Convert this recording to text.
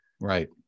Right